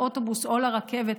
לאוטובוס או לרכבת,